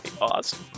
awesome